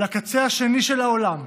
לקצה השני של העולם,